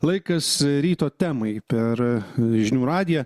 laikas ryto temai per žinių radiją